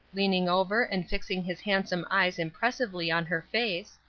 leaning over and fixing his handsome eyes impressively on her face,